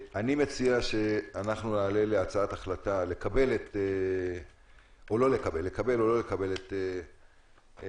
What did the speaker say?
אני מציע שנעלה להצבעה אם לקבל או לא לקבל את בקשת